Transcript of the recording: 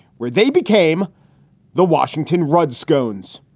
where they became the washington rudd scones.